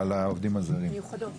בוועדות המיוחדות,